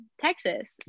Texas